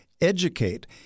educate